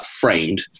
framed